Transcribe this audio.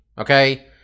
Okay